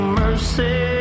mercy